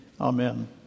Amen